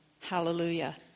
Hallelujah